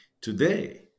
Today